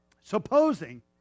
Supposing